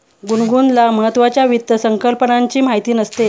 गुनगुनला महत्त्वाच्या वित्त संकल्पनांची माहिती नसते